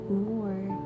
more